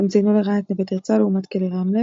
הם ציינו לרעה את נווה תרצה לעומת כלא רמלה,